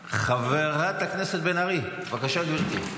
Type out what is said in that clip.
חברת הכנסת בן ארי, בבקשה, גברתי.